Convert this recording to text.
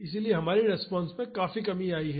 इसलिए हमारी रिस्पांस में काफी कमी आई है